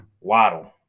Waddle